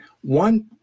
one